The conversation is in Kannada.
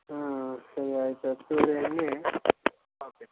ಹಾಂ ಸರಿ ಆಯಿತು ಹತ್ತುವರೆ ಹಂಗೇ ಓಕೆ